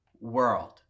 world